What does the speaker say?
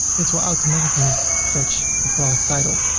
it will automatically fetch the product title.